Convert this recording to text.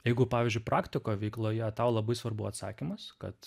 jeigu pavyzdžiui praktikoj veikloje tau labai svarbu atsakymas kad